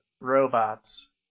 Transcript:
robots